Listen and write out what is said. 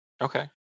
Okay